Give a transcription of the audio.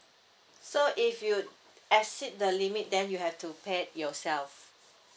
so if you exceed the limit then you have to pay it yourself